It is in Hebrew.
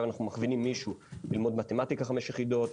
אנחנו מכווינים מישהו ללמוד מתמטיקה 5 יחידות,